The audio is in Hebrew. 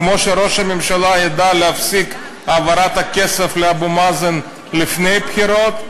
כמו שראש הממשלה ידע להפסיק את העברת הכסף לאבו מאזן לפני הבחירות,